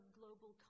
global